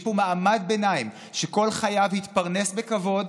יש פה מעמד ביניים שכל חייו התפרנס בכבוד